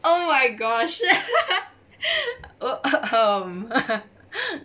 oh my gosh